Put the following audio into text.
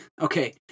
okay